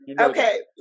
Okay